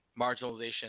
marginalization